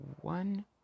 one